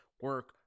Work